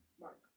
Mark